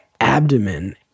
abdomen